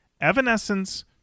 Evanescence